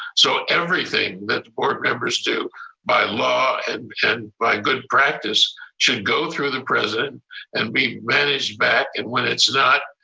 so everything that the board members do by law and by good practice should go through the president and be managed back and when it's not,